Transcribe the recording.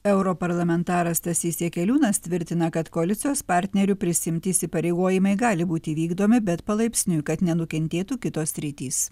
europarlamentaras stasys jakeliūnas tvirtina kad koalicijos partnerių prisiimti įsipareigojimai gali būti įvykdomi bet palaipsniui kad nenukentėtų kitos sritys